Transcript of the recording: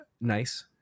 nice